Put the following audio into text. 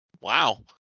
wow